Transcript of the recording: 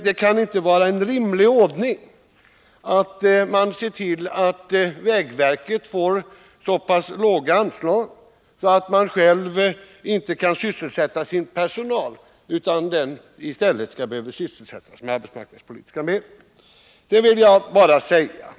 Det kan inte vara rimligt att vägverket får så låga anslag att det inte kan sysselsätta sin egen personal. I stället har den fått sysselsättas med hjälp av arbetsmarknadspolitiska medel.